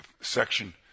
section